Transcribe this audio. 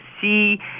see